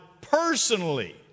personally